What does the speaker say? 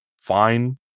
fine